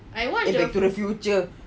eh into the future